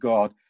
God